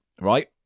right